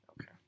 Okay